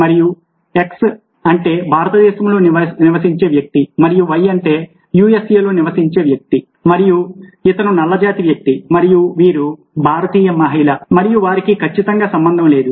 మరియు x అంటే భారతదేశంలో నివసించే వ్యక్తి మరియు y అంటే USAలో నివసించే వ్యక్తి మరియు ఇతను నల్లజాతి వ్యక్తి మరియు వీరు భారతీయ మహిళ మరియు వారికి ఖచ్చితంగా సంబంధం లేదు